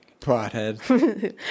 Pothead